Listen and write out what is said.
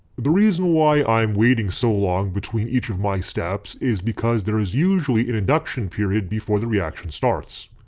the reason why i'm waiting so long between each of my steps is because there is usually an induction period before the reaction starts.